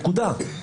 נקודה.